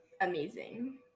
amazing